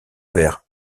vers